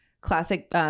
Classic